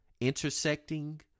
intersecting